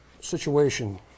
situation